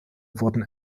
wurden